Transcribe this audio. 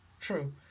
true